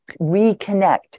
reconnect